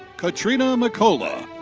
kathrina makola.